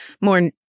more